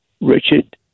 Richard